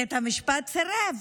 בית המשפט סירב.